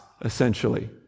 essentially